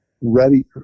ready